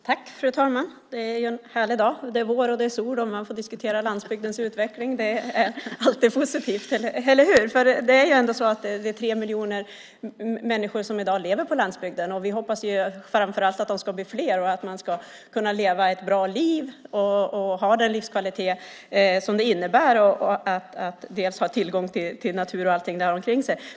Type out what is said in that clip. Fru talman! Det är en härlig dag. Det är vår och sol och vi får diskutera landsbygdens utveckling. Det är alltid positivt, eller hur? Det är ändå tre miljoner människor som lever på landsbygden i dag. Vi hoppas att de ska bli fler, kunna leva ett bra liv och ha den livskvalitet det innebär att ha tillgång till naturen.